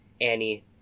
Annie